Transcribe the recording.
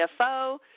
CFO